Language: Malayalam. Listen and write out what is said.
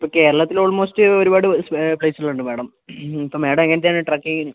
ഇപ്പൊ കേരളത്തിൽ ഓൾമോസ്റ്റ് ഒരുപാട് പ്ളേസുകളുണ്ട് മാഡം ഇപ്പോൾ മാഡം എങ്ങനത്തെയാണ് ട്രക്കിങ്ങിന്